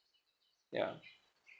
ya